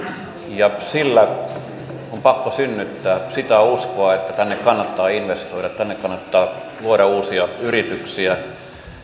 ja sillä on pakko synnyttää sitä uskoa että tänne kannattaa investoida tänne kannattaa luoda uusia yrityksiä